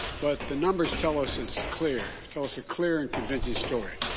but the numbers tell us it's clear, tell it's a clear and convincing story.